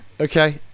Okay